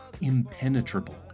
impenetrable